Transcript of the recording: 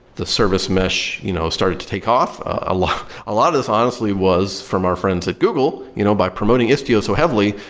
the service mesh you know started to take off. a lot lot of this honestly was from our friends at google, you know by promoting istio so heavily,